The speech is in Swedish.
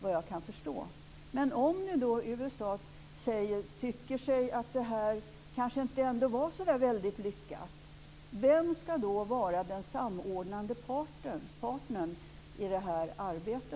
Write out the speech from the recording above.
Om USA inte tycker att detta var så lyckat, vem ska då vara den samordnande parten i detta arbete?